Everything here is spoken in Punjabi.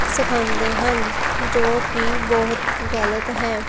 ਸਿਖਾਉਂਦੇ ਹਨ ਜੋ ਕਿ ਬਹੁਤ ਗਲਤ ਹੈ